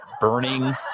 burning